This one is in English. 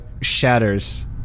Shatters